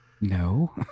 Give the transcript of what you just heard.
No